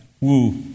woo